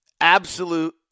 absolute